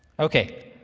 okay,